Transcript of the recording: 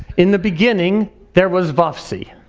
in the beginning there was vophsi.